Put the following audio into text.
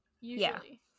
usually